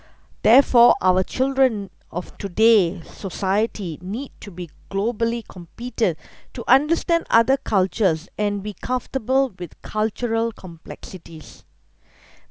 therefore our children of today society need to be globally competent to understand other cultures and be comfortable with cultural complexities